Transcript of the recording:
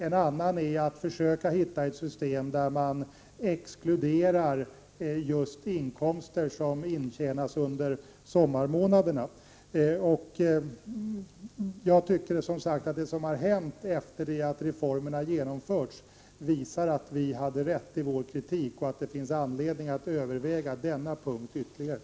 En annan tänkt lösning är att finna ett system där man exkluderar inkomster som intjänas under sommarmånaderna. Jag tycker som sagt att det som har hänt efter reformens genomförande visar att vi haft rätt i vår kritik och att det finns anledning att ytterligare överväga denna punkt i reformen.